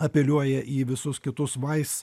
apeliuoja į visus kitus vais